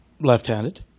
left-handed